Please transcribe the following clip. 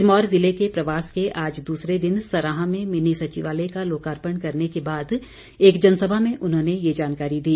सिरमौर जिले के प्रवास के आज दूसरे दिन सराहां में मिनी सचिवालय का लोकार्पण करने के बाद एक जनसभा में उन्होंने ये जानकारी दी